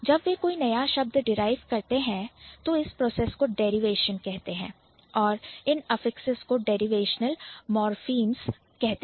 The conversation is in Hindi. जब वे कोई नया शब्द derive करते हैं तो इस प्रोसेस को derivation डेरिवेशन कहते हैं और इन affixes अफिक्सेस को derivational morphemes डेरिवेशनल मॉर्फीम्स कहते हैं